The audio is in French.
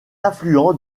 affluent